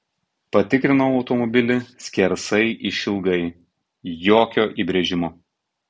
patikrinau automobilį skersai išilgai jokio įbrėžimo